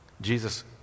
Jesus